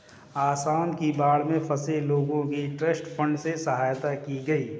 आसाम की बाढ़ में फंसे लोगों की ट्रस्ट फंड से सहायता की गई